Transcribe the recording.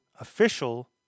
Official